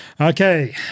Okay